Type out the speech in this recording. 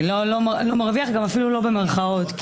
אפילו לא במירכאות.